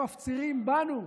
והם מפצירים בנו,